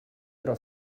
però